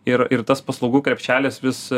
ir ir tas paslaugų krepšelis vis